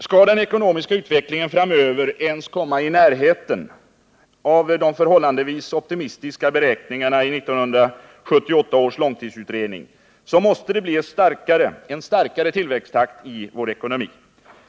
Skall den ekonomiska utvecklingen framöver ens komma i närheten av de förhållandevis optimistiska beräkningarna i 1978 års långtidsutredning, måste det bli en starkare tillväxttakt i vår ekonomi.